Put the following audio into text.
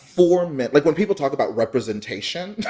form it. like, when people talk about representation.